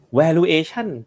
valuation